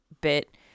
bit